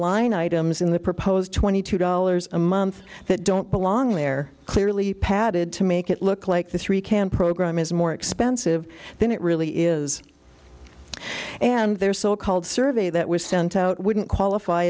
line items in the proposed twenty two dollars a month that don't belong there clearly padded to make it look like the three can program is more expensive than it really is and their so called survey that was sent out wouldn't qualify